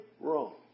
wrong